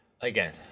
Again